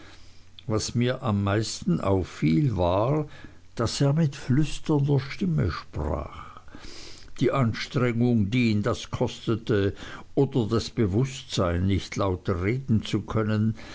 was mir am meisten auffiel war daß er mit flüsternder stimme sprach die anstrengung die ihn das kostete oder das bewußtsein nicht lauter reden zu können